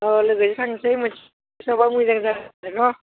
अ लोगोसेनो थांसै मोनसे कलेजावबा मोजां आरोन'